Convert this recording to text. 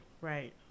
Right